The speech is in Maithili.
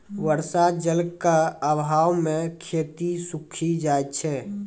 बर्षा जल क आभाव म खेती सूखी जाय छै